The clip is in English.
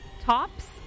Tops